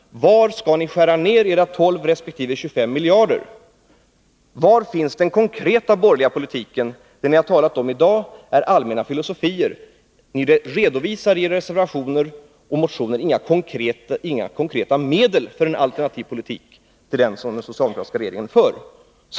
Var skall ni skära ner era 12 resp. 25 miljarder? Var finns den konkreta borgerliga politiken? Det ni talar om i dag är allmänna filosofier. Ni redovisar i motioner och reservationer inga konkreta medel för en alternativ politik till den som den socialdemokratiska regeringen för.